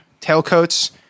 tailcoats